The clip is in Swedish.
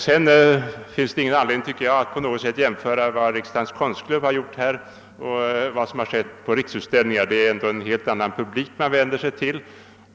Det finns ingen anledning, tycker jag, att på något sätt jämföra vad Riksdagens konstklubb har gjort och vad som har skett på riksutställningarna. Det är helt olika publik man vänder sig till.